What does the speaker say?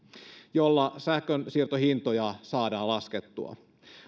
jolla sähkönsiirtohintoja saadaan laskettua